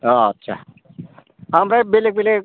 अ आस्सा ओमफ्राय बेलेग बेलेग